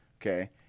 Okay